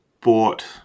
bought